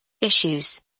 issues